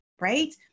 right